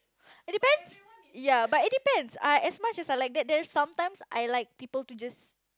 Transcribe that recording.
it depends ya but it depends I as much as I like there's sometimes I like people to just